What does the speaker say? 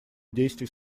действий